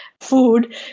food